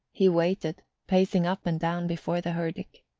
he waited, pacing up and down before the herdic.